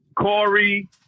Corey